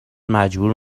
مجبور